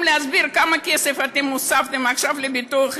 להסביר כמה כסף אתם הוספתם עכשיו לביטוח לאומי.